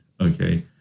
Okay